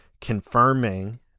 confirming